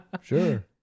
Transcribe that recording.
Sure